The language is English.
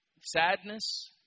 sadness